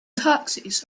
taxis